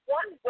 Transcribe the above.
one